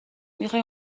میخوای